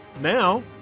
now